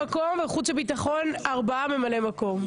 שני ממלאי מקום, ובחוץ וביטחון ארבעה ממלאי מקום.